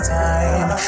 time